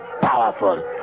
powerful